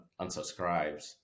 unsubscribes